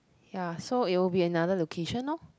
ya so it will be another location orh